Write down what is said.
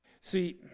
See